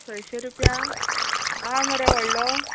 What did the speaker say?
सयशे रुपया आसा मरे वळ्ळो